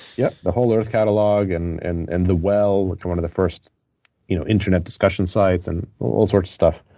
yeah the whole earth catalog and and and the well, one of the first you know internet discussion sites and all sorts of stuff.